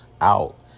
out